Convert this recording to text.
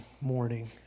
morning